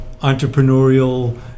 entrepreneurial